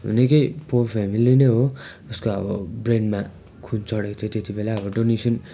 निकै poor family नै हो उसको अब ब्रेनमा खुन चढेको थियो त्यतिबेला अब डोनेसन